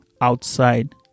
outside